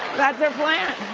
that's our plan.